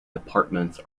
departments